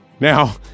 Now